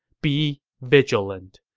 be vigilant!